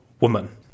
woman